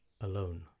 alone